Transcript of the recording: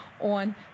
on